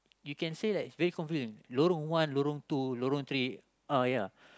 you can say that is very confusing Lorong one Lorong two Lorong three uh ya